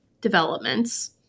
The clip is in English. developments